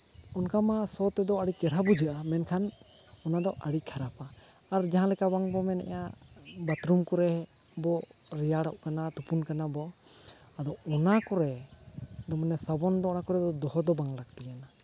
ᱚᱱᱠᱟ ᱢᱟ ᱥᱚ ᱛᱮᱫᱚ ᱟᱹᱰᱤ ᱪᱮᱦᱨᱟ ᱵᱩᱡᱷᱟᱹᱜᱼᱟ ᱢᱮᱱᱠᱷᱟᱱ ᱚᱱᱟ ᱫᱚ ᱟᱹᱰᱤ ᱠᱷᱟᱨᱟᱯᱟ ᱟᱨ ᱡᱟᱦᱟᱸ ᱞᱮᱠᱟ ᱵᱟᱝ ᱵᱚ ᱢᱮᱱᱮᱜᱼᱟ ᱵᱟᱛᱷᱨᱩᱢ ᱠᱚᱨᱮ ᱵᱚ ᱨᱮᱭᱟᱲᱚᱜ ᱠᱟᱱᱟ ᱛᱩᱯᱩᱱ ᱠᱟᱱᱟ ᱵᱚ ᱟᱫᱚ ᱚᱱᱟ ᱠᱚᱨᱮ ᱢᱟᱱᱮ ᱥᱟᱵᱚᱱ ᱵᱟᱲᱟ ᱠᱚᱨᱮ ᱫᱚᱦᱚ ᱫᱚ ᱵᱟᱝ ᱞᱟᱹᱠᱛᱤᱭᱟᱱᱟ